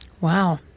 Wow